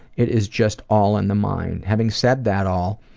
it is just all in the mind. having said that all,